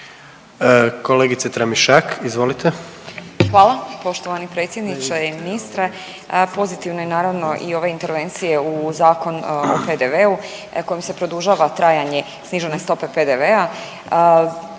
izvolite. **Tramišak, Nataša (HDZ)** Hvala poštovani predsjedniče i ministre. Pozitivna je naravno i ova intervencija u Zakon o PDV-u kojom se produžava trajanje snižene stope PDV-a.